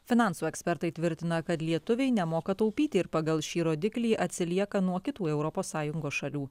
finansų ekspertai tvirtina kad lietuviai nemoka taupyti ir pagal šį rodiklį atsilieka nuo kitų europos sąjungos šalių